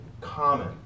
common